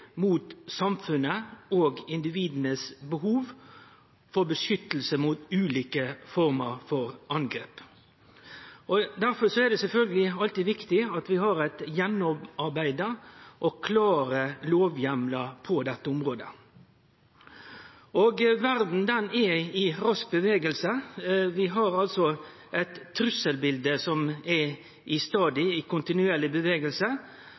mot samfunnets og individas behov for beskyttelse mot ulike former for angrep. Derfor er det sjølvsagt alltid viktig at vi har gjennomarbeidde og klare lovheimlar på dette området. Verda er i rask bevegelse. Vi har eit trusselbilete som er i